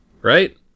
right